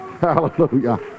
Hallelujah